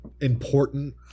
important